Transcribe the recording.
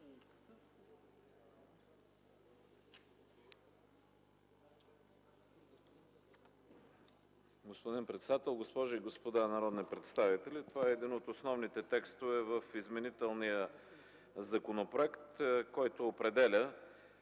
Господин председател, госпожи и господа народни представители! Това е един от основните текстове в изменителния законопроект, който определя